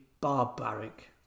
barbaric